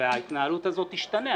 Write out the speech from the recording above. וההתנהלות הזאת תשתנה.